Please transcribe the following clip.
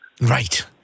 Right